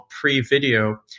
pre-video